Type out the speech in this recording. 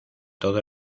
todo